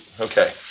Okay